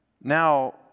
now